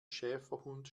schäferhund